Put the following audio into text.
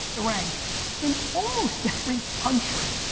it ranked in almost every country.